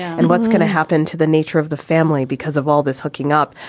and what's going to happen to the nature of the family because of all this hooking up?